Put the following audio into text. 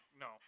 No